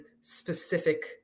specific